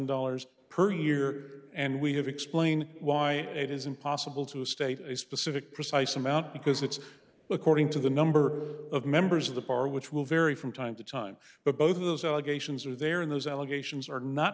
dollars per year and we have explain why it is impossible to state a specific precise amount because it's according to the number of members of the par which will vary from time to time but both of those allegations are there in those allegations are not